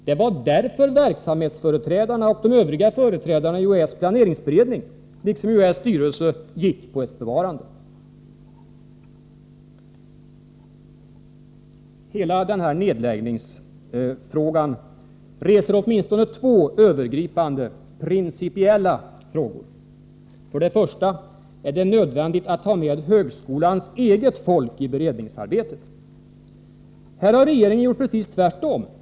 Det var därför verksamhetsföreträdarna och de övriga företrädarna i UHÄ:s planeringsberedning, liksom i UHÄ:s styrelse, föreslog ett bevarande. Hela den här nedläggningsfrågan reser åtminstone två övergripande principiella frågor. För det första är det nödvändigt att ha med högskolans eget folk i beredningsarbetet. Här har regeringen gjort precis tvärtom.